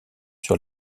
sur